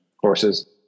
courses